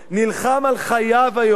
נלחם על חייו היום,